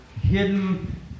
hidden